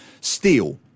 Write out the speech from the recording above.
Steel